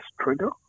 Trigger